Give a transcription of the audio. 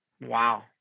Wow